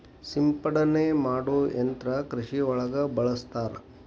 ಸಿಂಪಡನೆ ಮಾಡು ಯಂತ್ರಾ ಕೃಷಿ ಒಳಗ ಬಳಸ್ತಾರ